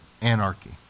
anarchy